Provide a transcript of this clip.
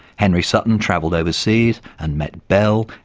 henry sutton travelled overseas and met bell,